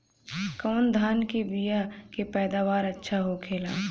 कवन धान के बीया के पैदावार अच्छा होखेला?